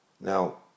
Now